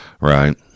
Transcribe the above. right